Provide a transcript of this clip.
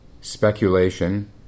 speculation